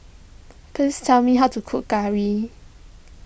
please tell me how to cook curry